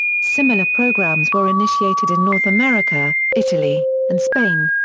similar programmes were initiated in north america, italy, and spain.